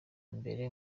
mbere